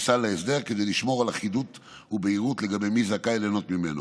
לכניסה להסדר כדי לשמור על אחידות ובהירות לגבי מי זכאי ליהנות ממנו.